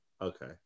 Okay